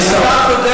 אדוני השר.